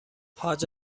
حاج